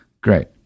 Great